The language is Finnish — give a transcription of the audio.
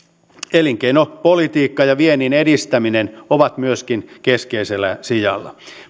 elinkeinopolitiikka ja viennin edistäminen ovat keskeisellä sijalla